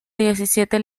diecisiete